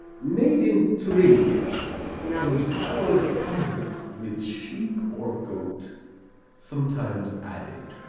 made in thuringia from sour cow milk with sheep or goat sometimes added.